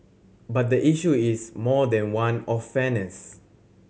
but the issue is more than one of fairness